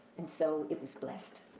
and so, it was blessed.